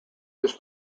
this